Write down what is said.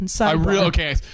okay